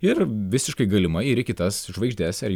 ir visiškai galimai ir į kitas žvaigždes ar